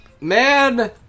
man